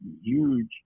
huge